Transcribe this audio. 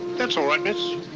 that's all right, miss.